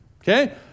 okay